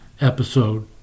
episode